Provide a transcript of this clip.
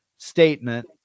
statement